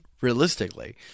Realistically